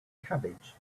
cabbage